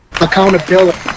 Accountability